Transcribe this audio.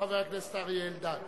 חבר הכנסת אריה אלדד.